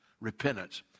repentance